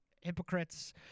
hypocrites